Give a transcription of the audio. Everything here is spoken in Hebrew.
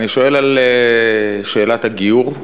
אני שואל על שאלת הגיור,